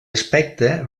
aspecte